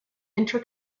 inter